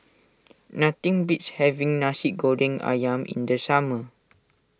nothing beats having Nasi Goreng Ayam in the summer